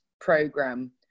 program